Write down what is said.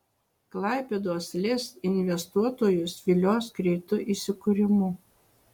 klaipėdos lez investuotojus vilios greitu įsikūrimu